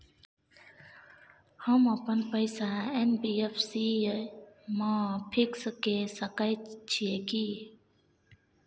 हम अपन पैसा एन.बी.एफ.सी म फिक्स के सके छियै की?